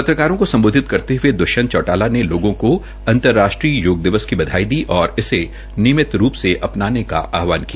पत्रकारों को सम्बोधित करते हये दृष्यंत चौटाला ने लोगों को अंतर्राष्ट्रीय योग दिवस की बधाई दी और इसे नियमित रूप से अपनाने का आहवान किया